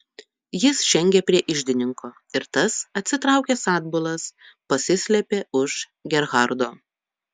jis žengė prie iždininko ir tas atsitraukęs atbulas pasislėpė už gerhardo